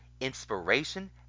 inspiration